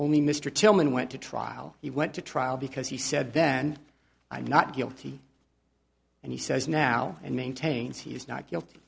only mr tillman went to trial he went to trial because he said then i'm not guilty and he says now and maintains he is not guilty